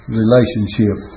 relationship